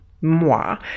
moi